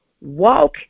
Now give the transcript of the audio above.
Walk